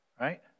right